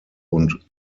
und